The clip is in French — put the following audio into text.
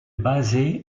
basé